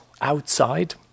outside